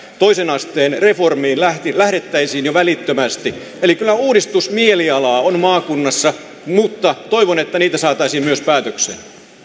toisen asteen reformiin lähdettäisiin välittömästi eli kyllä uudistusmielialaa on maakunnassa mutta toivon että uudistuksia saataisiin myös päätökseen tämän